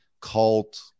cult